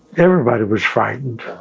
everybody was frightened.